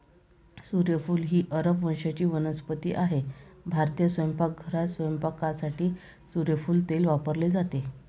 सूर्यफूल ही अरब वंशाची वनस्पती आहे भारतीय स्वयंपाकघरात स्वयंपाकासाठी सूर्यफूल तेल वापरले जाते